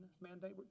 mandate